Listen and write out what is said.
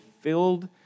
filled